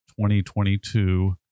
2022